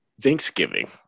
Thanksgiving